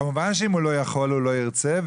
כמובן שאם הוא לא יכול הוא לא ירצה,